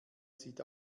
sieht